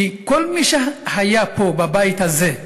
כי כל מי שהיה בבית הזה,